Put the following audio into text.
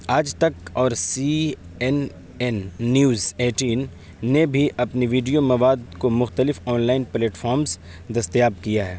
آج تک اور C N N news eighteen نے بھی اپنی ویڈیو مواد کو مختلف آن لائن پلیٹ فارمس دستیاب کیا ہے